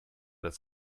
das